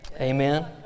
Amen